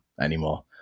anymore